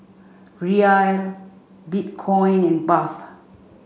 Riyal Bitcoin and Baht